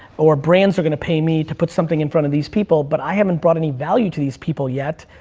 or brands are gonna pay me to put something in front of these people. but i haven't brought any value to these people yet,